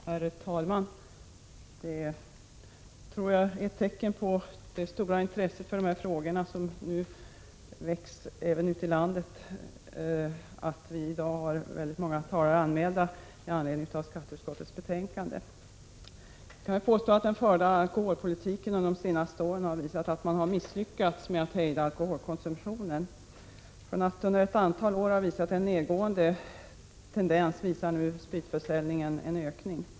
Herr talman! Att vi i dag har väldigt många talare anmälda till debatten om skatteutskottets betänkande tror jag är ett tecken på det stora intresse, som nu väcks även ute i landet, som finns för de här frågorna. Jag påstår att den förda alkoholpolitiken under de senaste åren har visat att man misslyckats med att hejda alkoholkonsumtionen. Från att under ett antal år ha visat en nedåtgående tendens ökar nu spritförsäljningen.